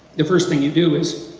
the first thing you do is